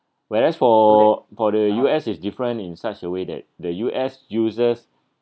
whereas for for the U_S it's different in such a way that the U_S users